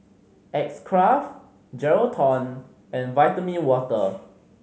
X Craft Geraldton and Vitamin Water